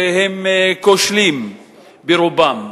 שהם כושלים ברובם.